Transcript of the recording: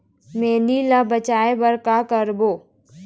मैनी ले बचाए बर का का करबो?